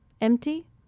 empty